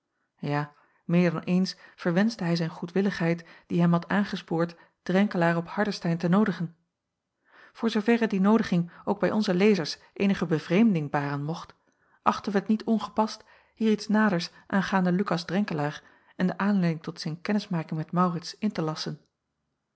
ja meer dan eens verwenschte hij zijn goedwilligheid die hem had aangespoord drenkelaer op hardestein te noodigen voor zooverre die noodiging ook bij onze lezers eenige bevreemding baren mocht achten wij het niet ongepast hier iets naders aangaande lukas drenkelaer en de aanleiding tot zijn kennismaking met maurits in te lasschen